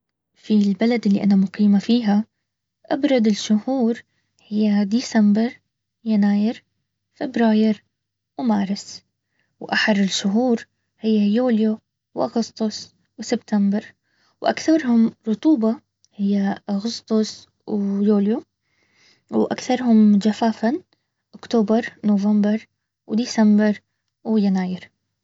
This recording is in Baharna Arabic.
في البلد اللي انا مقيمه فيها ابرد الشهور هي ديسمبر يناير فبراير ومارسواحر الشهور هي يوليو واغسطس وسبتمبر واكثرهم رطوبه هي اغسطس ويوليو وأكثرهم جفافا اكتوبر نوفمبر وديسمبر ويناير